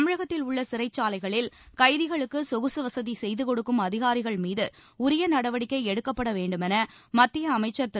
தமிழகத்தில் உள்ள சிறைச்சாலைகளில் கைதிகளுக்கு சொகுசு வசதி செய்து கொடுக்கும் அதிகாரிகள் மீது உரிய நடவடிக்கை எடுக்கப்படவேண்டுமௌ மத்திய அமைச்சர் திரு